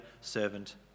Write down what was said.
servant